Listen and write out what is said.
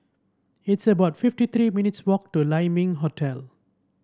it's about fifty three minutes' walk to Lai Ming Hotel